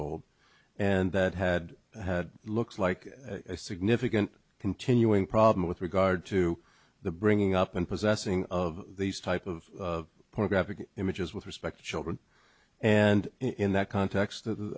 old and that had looks like a significant continuing problem with regard to the bringing up and possessing of these type of graphic images with respect to children and in that context